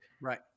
right